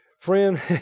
Friend